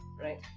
right